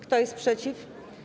Kto jest przeciw?